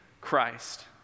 Christ